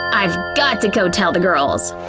i've got to go tell the girls!